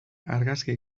argazki